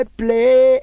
play